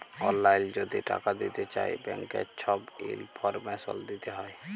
অললাইল যদি টাকা দিতে চায় ব্যাংকের ছব ইলফরমেশল দিতে হ্যয়